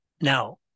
Now